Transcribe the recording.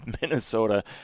Minnesota